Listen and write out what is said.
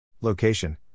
Location